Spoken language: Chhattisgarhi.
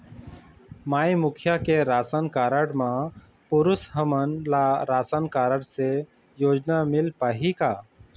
माई मुखिया के राशन कारड म पुरुष हमन ला राशन कारड से योजना मिल पाही का?